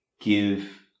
give